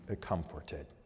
comforted